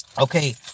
Okay